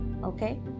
okay